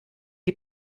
die